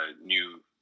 new